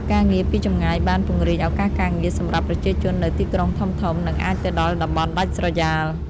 ការងារពីចម្ងាយបាន ពង្រីកឱកាសការងារ សម្រាប់ប្រជាជននៅទីក្រុងធំៗ និងអាចទៅដល់តំបន់ដាច់ស្រយាល។